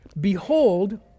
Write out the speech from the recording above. behold